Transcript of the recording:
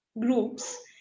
groups